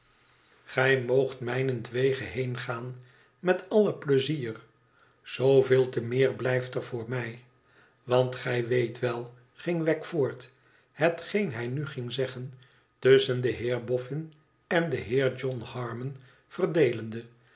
gij moogt mijnentwege heengaan met alle pleizier zooveel te meer blijft er voor mij want gij weet wel ging wegg voort hetgeen hij nu ging zeggen tusschen den heer boffin en den heer john harmon verdeelende